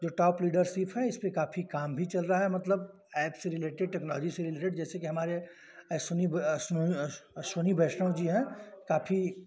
जो top leadership है इससे काफ़ी काम भी चल रहा है मतलब एप से रिलेटेड टेक्नोलाॅजी से रिलेटेड जैसे कि हमारे अश्विनी अश्व अश्विनी वैष्णव जी हैं काफ़ी